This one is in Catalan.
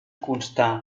constar